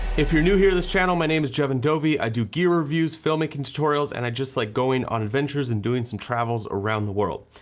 if you're new here on this channel, my name is jeven dovey, i do gear reviews, filmmaking tutorials, and i just like going on adventures and doing some travels around the world.